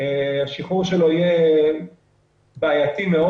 השחרור שלו יהיה בעייתי מאוד.